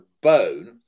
bone